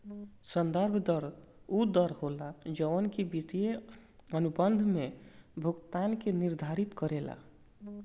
संदर्भ दर उ दर होला जवन की वित्तीय अनुबंध में भुगतान के निर्धारित करेला